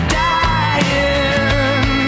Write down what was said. dying